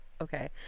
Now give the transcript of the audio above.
okay